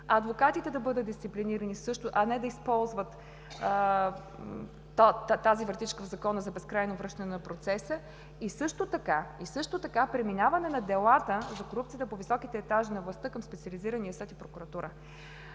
адвокатите да бъдат дисциплинирани също, а не да използват тази вратичка в Закона за безкрайно връщане на процеса и също така преминаване на делата за корупцията по високите етажи на властта към Специализирания съд и прокуратура.